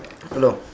hello